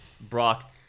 Brock